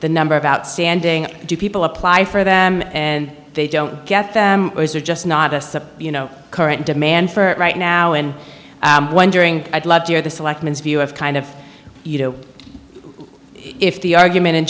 the number of outstanding do people apply for them and they don't get them they're just not a step you know current demand for right now and wondering i'd love to hear the selectmen view of kind of you know if the argument in